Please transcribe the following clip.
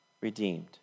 redeemed